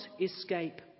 escape